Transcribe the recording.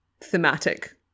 thematic